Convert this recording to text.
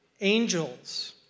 angels